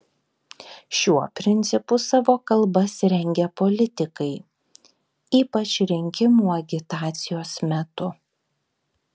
šiuo principu savo kalbas rengia politikai ypač rinkimų agitacijos metu